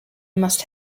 must